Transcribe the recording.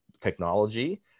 technology